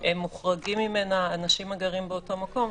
מוחרגים ממנה אנשים שגרים באותו מקום,